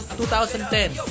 2010